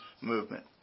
movement